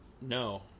no